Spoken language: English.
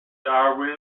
darwin